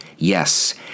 Yes